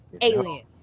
Aliens